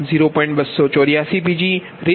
284Pg RsMWhr